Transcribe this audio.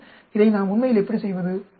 பின்னர் இதை நாம் உண்மையில் எப்படி செய்வது